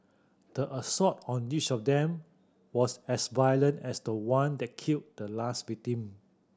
the assault on each of them was as violent as the one that killed the last victim